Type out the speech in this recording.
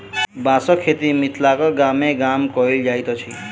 बाँसक खेती मिथिलाक गामे गाम कयल जाइत अछि